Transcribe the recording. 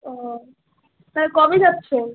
ও আর কবে যাচ্ছেন